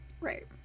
Right